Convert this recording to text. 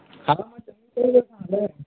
हा